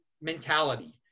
mentality